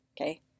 okay